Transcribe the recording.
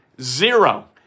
Zero